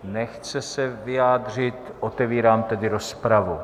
Nechce se vyjádřit, otevírám tedy rozpravu.